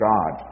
God